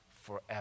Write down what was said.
forever